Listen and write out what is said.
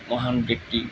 মহান ব্যক্তি